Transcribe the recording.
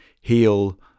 heal